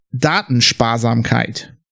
datensparsamkeit